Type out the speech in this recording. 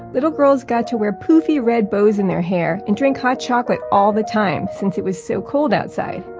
little girls got to wear poofy red bows in their hair, and drink hot chocolate all the time since it was so cold outside.